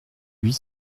huit